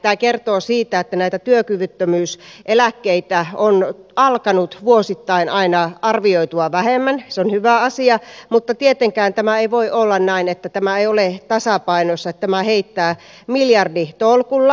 tämä kertoo siitä että näitä työkyvyttömyyseläkkeitä on alkanut vuosittain aina arvioitua vähemmän se on hyvä asia mutta tietenkään tämä ei voi olla näin että tämä ei ole tasapainossa että tämä heittää miljarditolkulla